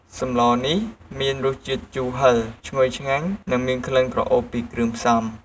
សម្លនេះមានរសជាតិជូរហិរ ឈ្ងុយឆ្ងាញ់ និងមានក្លិនក្រអូបពីគ្រឿងផ្សំ។